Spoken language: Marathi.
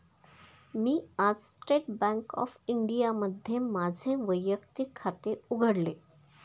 मी आज स्टेट बँक ऑफ इंडियामध्ये माझे वैयक्तिक खाते उघडले